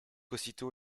aussitôt